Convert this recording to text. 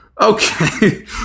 Okay